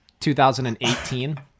2018